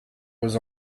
was